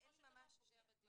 בסופו של דבר פוגע בדיון.